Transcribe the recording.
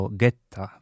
getta